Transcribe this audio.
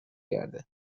کرده